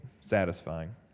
satisfying